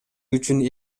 үчүн